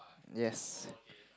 yes